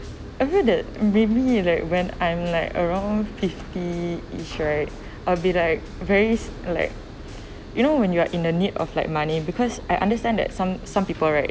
I feel that really like when I'm like around fifty-ish right I'll be like very like you know when you are in the need of like money because I understand that some some people right